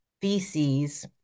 feces